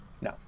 No